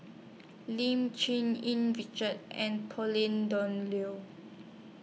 Lim Cherng Yih Richard and Pauline Dawn Loh